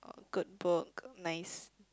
good book nice